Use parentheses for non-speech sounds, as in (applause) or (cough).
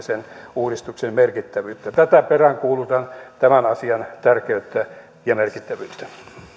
(unintelligible) sen uudistuksen merkittävyyttä tätä peräänkuulutan tämän asian tärkeyttä ja merkittävyyttä